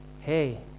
hey